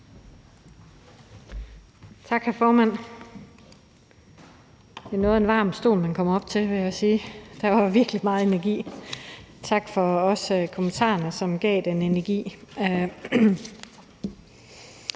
Tak, hr. formand. Det er noget af en varm stol, man kommer op til, vil jeg sige, for der var virkelig meget energi. Tak også for kommentarerne, som gav den energi.